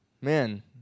man